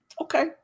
Okay